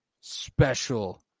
special